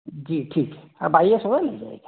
जी ठीक है आप आइए सुबह मिल जाएगा